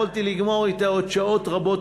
יכולתי לגמור אתה עוד שעות רבות,